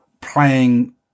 playing